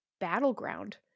battleground